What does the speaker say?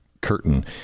curtain